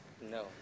No